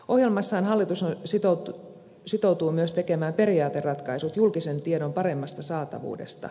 ohjelmassaan hallitus sitoutuu myös tekemään periaateratkaisut julkisen tiedon paremmasta saatavuudesta